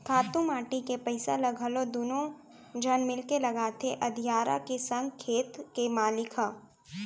खातू माटी के पइसा ल घलौ दुनों झन मिलके लगाथें अधियारा के संग खेत के मालिक ह